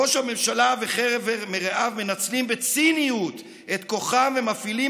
ראש הממשלה וחבר מרעיו מנצלים בציניות את כוחם ומפעילים